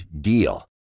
DEAL